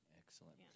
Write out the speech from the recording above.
excellent